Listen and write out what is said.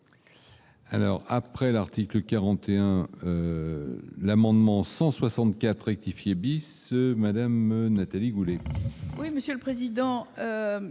Alors, après l'article 41 l'amendement 164 et qui fit Madame Nathalie Goulet. Oui, Monsieur le Président,